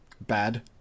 Bad